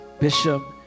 bishop